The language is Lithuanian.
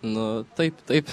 nu taip taip